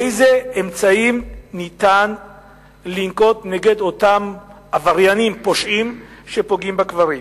איזה אמצעים אפשר לנקוט נגד אותם עבריינים פושעים שפוגעים בקברים.